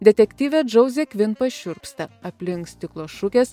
detektyvė džauzė kvin pašiurpsta aplink stiklo šukės